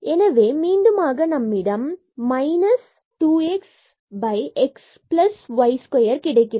எனவே மீண்டும் ஆக நம்மிடம் minus 2 x x plus y square இது கிடைக்கிறது